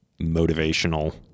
motivational